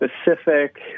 specific